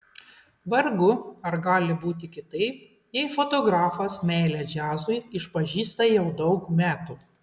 vargu ar gali būti kitaip jei fotografas meilę džiazui išpažįsta jau daug metų